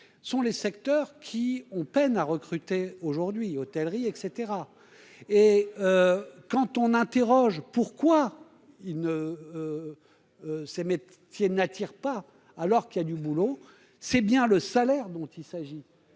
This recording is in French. sont les secteurs qui ont peine à recruter aujourd'hui, hôtellerie et caetera et quand on interroge, pourquoi il ne ces métier n'attire pas alors qu'il y a du boulot, c'est bien le salaire dont il s'agit,